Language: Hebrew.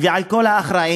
ועל כל האחראים